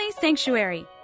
Sanctuary